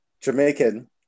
Jamaican